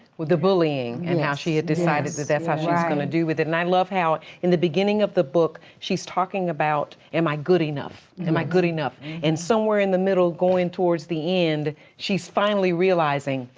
with the bullying and how she had decided that that's how she's gonna deal with it. and i love how in the beginning of the book, she's talking about am i good enough am i good enough? and somewhere in the middle going towards the end, she's finally realizing,